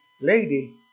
lady